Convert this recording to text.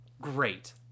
great